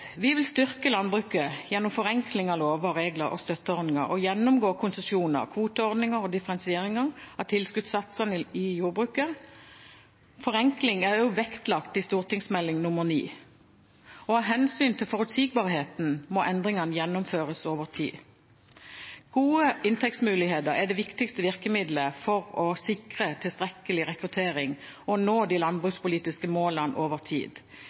Vi vil styrke landbruket gjennom forenkling av lover, regler og støtteordninger og gjennomgå konsesjoner, kvoteordninger og differensieringen av tilskuddssatsene i jordbruket. Forenkling er også vektlagt i Meld. St. 9. Av hensyn til forutsigbarheten må endringer gjennomføres over tid. Gode inntektsmuligheter er det viktigste virkemiddelet for å sikre tilstrekkelig rekruttering og å nå de landbrukspolitiske målene over tid.